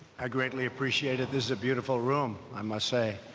i greatly appreciate it. this is a beautiful room, i must say.